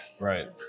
Right